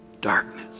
darkness